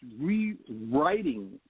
rewriting